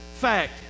fact